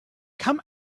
come